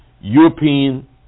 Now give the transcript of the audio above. European